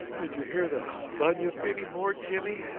did you hear the bunyip any more, jimmy?